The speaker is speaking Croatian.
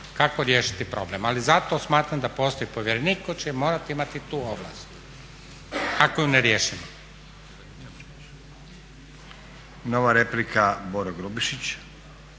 Kako riješiti problem? Ali zato smatram da postoji povjerenik koji će morati imati tu ovlast ako je ne riješimo. **Stazić,